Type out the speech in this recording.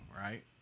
right